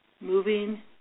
Moving